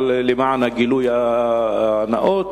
אבל למען הגילוי הנאות,